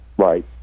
Right